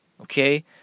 Okay